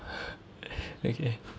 okay